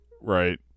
right